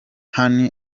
honey